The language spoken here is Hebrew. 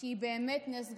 שהיא באמת נס גדול.